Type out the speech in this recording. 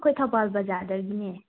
ꯑꯩꯈꯣꯏ ꯊꯧꯕꯥꯜ ꯕꯖꯥꯔꯗꯒꯤꯅꯦ